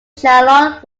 charlotte